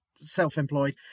self-employed